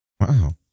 Wow